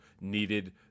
needed